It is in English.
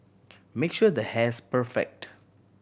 make sure the hair's perfect